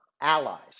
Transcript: allies